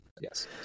Yes